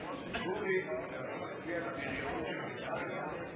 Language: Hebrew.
הצעת סיעות העבודה מרצ להביע אי-אמון בממשלה לא נתקבלה.